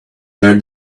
where